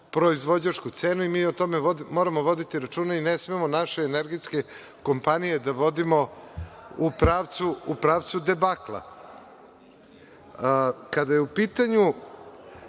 proizvođačku cenu i mi o tome moramo voditi računa i ne smemo naše energetske kompanije da vodimo u pravcu debakla. Kada je u pitanju